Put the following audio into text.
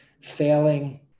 failing